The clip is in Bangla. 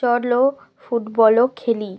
চলো ফুটবলও খেলি